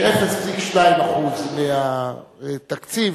ש-0.2% מהתקציב